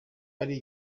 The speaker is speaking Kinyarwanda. ari